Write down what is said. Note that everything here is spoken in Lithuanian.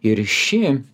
ir ši